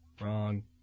Wrong